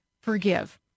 forgive